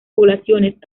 poblaciones